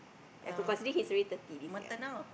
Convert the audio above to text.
I could consider he's already thirty this year